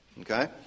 Okay